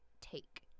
take